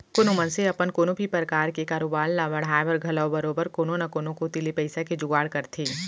कोनो मनसे अपन कोनो भी परकार के कारोबार ल बढ़ाय बर घलौ बरोबर कोनो न कोनो कोती ले पइसा के जुगाड़ करथे